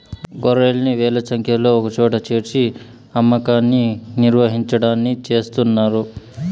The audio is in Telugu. గొర్రెల్ని వేల సంఖ్యలో ఒకచోట చేర్చి అమ్మకాన్ని నిర్వహించడాన్ని చేస్తున్నారు